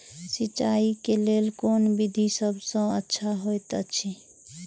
सिंचाई क लेल कोन विधि सबसँ अच्छा होयत अछि?